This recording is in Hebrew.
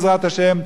בעזרת השם,